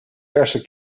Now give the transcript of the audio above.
verse